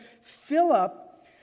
Philip